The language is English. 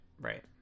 right